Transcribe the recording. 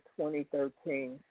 2013